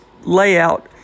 layout